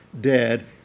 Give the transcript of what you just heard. dead